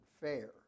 fair